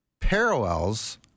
parallels